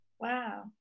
Wow